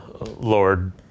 Lord